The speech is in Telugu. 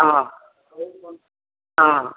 ఆ ఆ